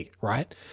right